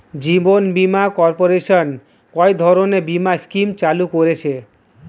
জীবন বীমা কর্পোরেশন কয় ধরনের বীমা স্কিম চালু করেছে?